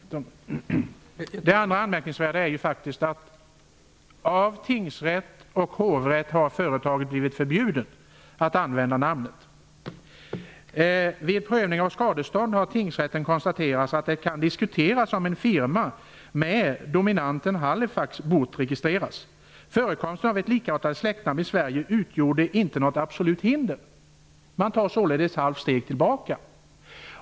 Herr talman! Det anmärkningsvärda är faktiskt att företaget av tingsrätten och hovrätten har blivit förbjudet att använda namnet. Vid prövning av skadestånd har tingsrätten konstaterat att det kan diskuteras om en firma med dominanten Halifax borde registreras. Förekomsten av ett likartat släktnamn i Sverige utgjorde inte något absolut hinder. Man tar således ett halvt steg tillbaka.